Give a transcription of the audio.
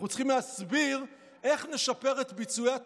אנחנו צריכים להסביר איך נשפר את ביצועי